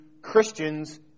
Christians